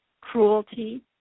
cruelty